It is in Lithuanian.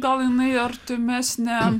gal jinai artimesnė